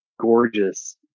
gorgeous